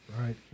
Right